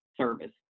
service